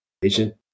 patient